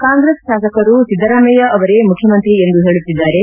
ಕಾಂಗ್ರೆಸ್ ಶಾಸಕರು ಸಿದ್ದರಾಮಯ್ಯ ಅವರೇ ಮುಖ್ಯಮಂತ್ರಿ ಎಂದು ಹೇಳುತ್ತಿದ್ದಾರೆ